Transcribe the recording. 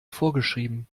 vorgeschrieben